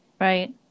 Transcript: right